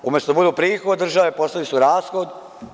Umesto da budu prihod države, postali su rashod.